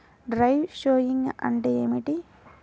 Dry sowing అంటే ఏమిటి?